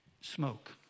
smoke